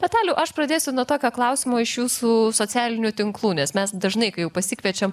tad aliau aš pradėsiu nuo tokio klausimo iš jūsų socialinių tinklų nes mes dažnai kai jau pasikviečiam